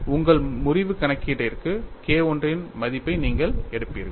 உங்கள் முறிவு கணக்கீட்டிற்கு K I இன் மதிப்பை நீங்கள் எடுப்பீர்கள்